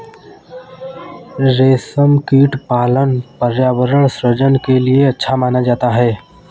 रेशमकीट पालन पर्यावरण सृजन के लिए अच्छा माना जाता है